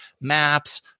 Maps